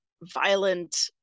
violent